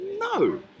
No